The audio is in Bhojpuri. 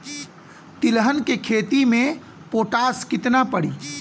तिलहन के खेती मे पोटास कितना पड़ी?